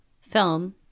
film